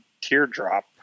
teardrop